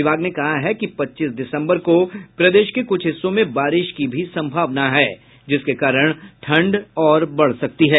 विभाग ने कहा है कि पच्चीस दिसंबर को प्रदेश के कुछ हिस्सों में बारिश की भी संभावना है जिसके कारण ठंड और बढ़ सकती है